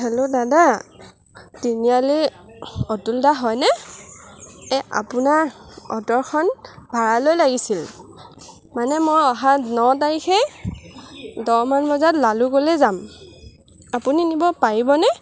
hello দাদা তিনিআলিৰ অতুল দা হয়নে এই আপোনাৰ অট'খন ভাড়ালৈ লাগিছিল মানে মই অহা ন তাৰিখে দহমান বজাত লালুকলৈ যাম আপুনি নিব পাৰিবনে